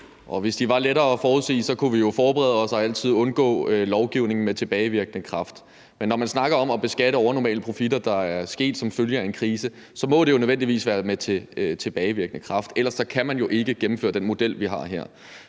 Hvis de var lettere at forudsige, kunne vi jo forberede os og altid undgå lovgivning med tilbagevirkende kraft. Men når man snakker om at beskatte overnormale profitter, der er kommet som følge af en krise, må det nødvendigvis være med tilbagevirkende kraft, ellers kan man jo ikke gennemføre den model, vi har her.